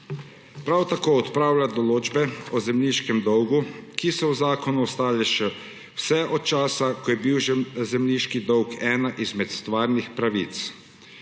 Prav tako odpravlja določbe o zemljiškem dolgu, ki so v zakonu ostale še vse od časa, ko je bil zemljiški dolg ena izmed stvarnih pravic.